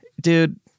dude